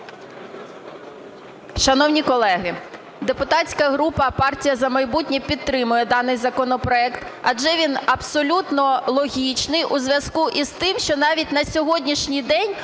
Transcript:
Шановні колеги, депутатська група партія "За майбутнє" підтримує даний законопроект, адже він абсолютно логічний у зв'язку із тим, що навіть на сьогоднішній день